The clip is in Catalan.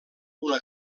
una